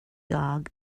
dog